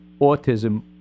autism